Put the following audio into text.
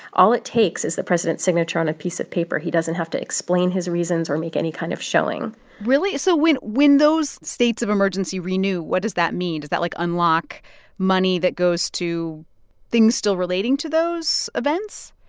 all it takes is the president's signature on a piece of paper. he doesn't have to explain his reasons or make any kind of showing really? so when when those states of emergency renew, what does that mean? does that, like, unlock money that goes to things still relating to those events?